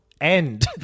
end